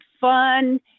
fun